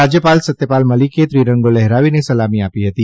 રાજયપાલ સત્યપાલ મલિકે ત્રિરંગો લહેરાવીને સલામી આપી હતી